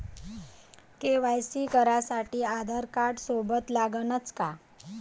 KYC करासाठी आधारकार्ड सोबत लागनच का?